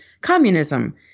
communism